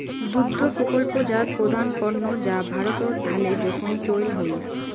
দুগ্ধ প্রকল্পজাত প্রধান পণ্য যা ভারতত ভালে জোখন চইল হই